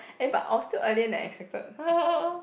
eh but I was still earlier than expected